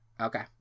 Okay